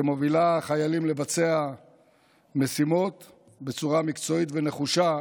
שמובילה חיילים לבצע משימות בצורה מקצועית ונחושה,